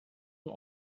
nur